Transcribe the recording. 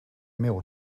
meal